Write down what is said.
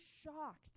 shocked